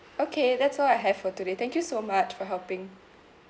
okay that's all I have for today thank you so much for helping